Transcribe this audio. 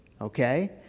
Okay